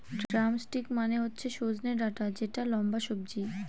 drumstick মানে হচ্ছে সজনে ডাটা যেটা লম্বা সবজি